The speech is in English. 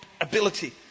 ability